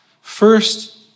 First